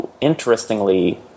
interestingly